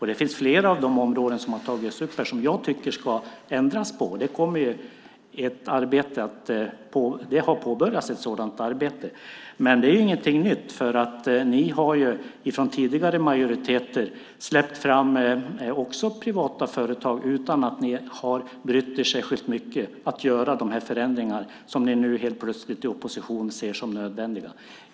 Det finns flera av de områden som har tagits upp här som jag tycker ska ändras på, och ett sådant arbete har påbörjats. Men det är ju ingenting nytt, för ni har ju från tidigare majoriteter också släppt fram privata företag utan att ni har brytt er särskilt mycket om att göra de förändringar som ni nu helt plötsligt i opposition ser som nödvändiga.